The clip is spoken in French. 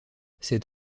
cet